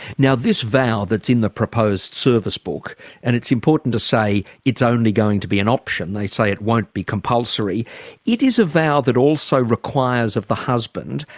now this vow that's in the proposed service book and it's important to say it's only going to be an option, they say it won't be compulsory it is a vow that also requires of the husband,